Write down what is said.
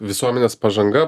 visuomenės pažanga